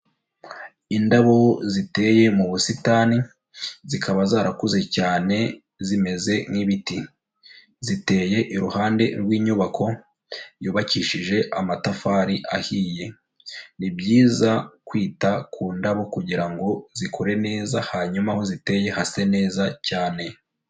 Indabo ziteye mu busitani zikaba zarakuze cyane zimeze nk'ibiti, ziteye iruhande rw'inyubako yubakishije amatafari ahiye, ni byiza kwita ku ndabo kugira ngo zikure neza hanyuma aho ziteye hase neza cyane.